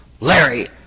Larry